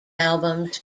albums